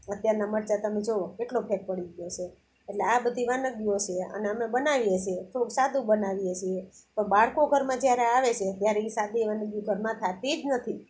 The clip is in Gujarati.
અત્યારના મરચાં તમે જુઓ કેટલો ફેર પડી ગયો છે એટલે આ બધી વાનગીઓ છે અને અમે બનાવીએ છીએ થોડુક સાદું બનાવીએ છીએ પણ બાળકો ઘરમાં જ્યારે આવે છે ત્યારે એ સાદી વાનગીઓ ઘરમાં થતી જ નથી